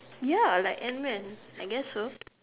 ya like Ant man I guess so